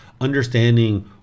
understanding